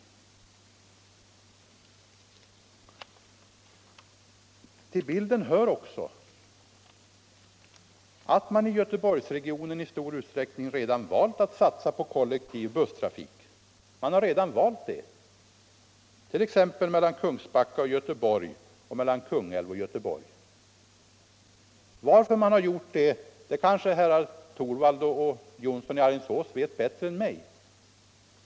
Till bilden hör också att man i Göteborgsregionen i stor utsträckning redan valt att satsa på kollektiv busstrafik, t.ex. mellan Kungsbacka och Göteborg och mellan Kungälv och Göteborg. Varför man gjort det kanske herrar Torwald och Jonsson i Alingsås vet bättre än jag.